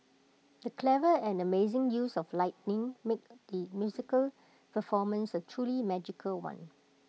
the clever and amazing use of lighting made the musical performance A truly magical one